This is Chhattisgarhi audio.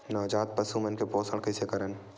नवजात पशु मन के पोषण कइसे करन?